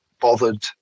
bothered